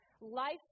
Life